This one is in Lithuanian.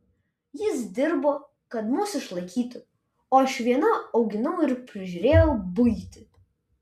jis dirbo kad mus išlaikytų o aš viena auginau ir prižiūrėjau buitį